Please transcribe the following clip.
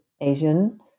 Asian